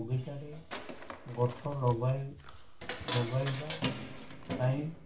ବଗିଚାରେ ଗଛ ଲଗାଇବା ପାଇଁ